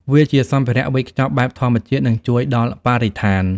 វាជា សម្ភារៈវេចខ្ចប់បែបធម្មជាតិ និងជួយដល់បរិស្ថាន ។